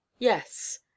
Yes